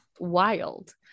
wild